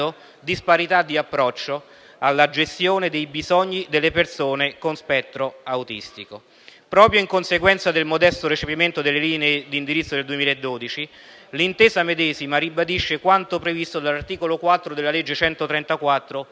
disparità di approccio alla gestione dei bisogni delle persone nello spettro autistico; proprio come conseguenza del "modesto" recepimento delle linee d'indirizzo del 2012, l'intesa medesima ribadisce quanto previsto all'articolo 4 della legge n.